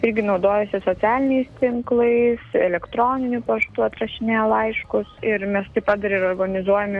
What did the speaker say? irgi naudojasi socialiniais tinklais elektroniniu paštu atrašinėja laiškus ir mes taip pat dar ir organizuojam